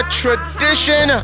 tradition